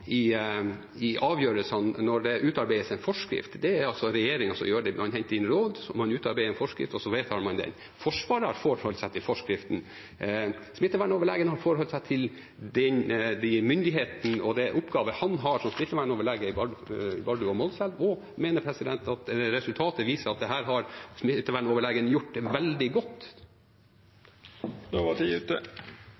i avgjørelsene når det utarbeides en forskrift. Det er regjeringen som gjør det. Man henter inn råd, man utarbeider en forskrift, og så vedtar man den. Forsvaret har forholdt seg til forskriften. Smittevernoverlegen har forholdt seg til de myndighetene og de oppgaver han har som smittevernoverlege i Bardu og Målselv, og jeg mener at resultatet viser at dette har smittevernoverlegen gjort veldig godt.